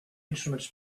instruments